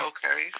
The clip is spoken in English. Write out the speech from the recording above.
Okay